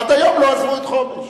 עד היום לא עזבו את חומש.